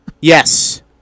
Yes